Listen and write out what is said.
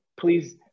please